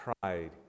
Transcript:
pride